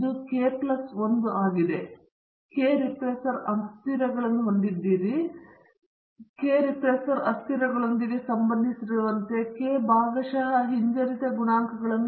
ಇದು k plus 1 ಆಗಿದೆ ನಾವು ಕೆ ರೆಪ್ರೆಸರ್ ಅಸ್ಥಿರಗಳನ್ನು ಹೊಂದಿದ್ದೇವೆ ಮತ್ತು ನಾವು ಈ ಕೆ ರೆಪ್ರೆಸರ್ ಅಸ್ಥಿರಗಳೊಂದಿಗೆ ಸಂಬಂಧಿಸಿರುವ k ಭಾಗಶಃ ಹಿಂಜರಿತ ಗುಣಾಂಕಗಳನ್ನು ಹೊಂದಿದ್ದೇವೆ